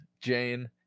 Jane